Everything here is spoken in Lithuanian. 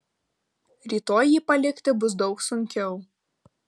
rytoj jį palikti bus daug sunkiau